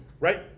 Right